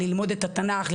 ללמוד את התנ"ך,